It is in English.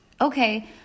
Okay